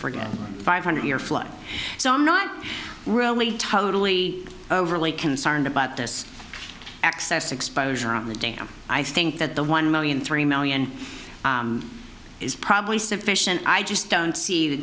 forget five hundred year flood so i'm not really totally overly concerned about this excess exposure on the dam i think that the one million three million is probably sufficient i just don't see the